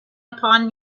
upon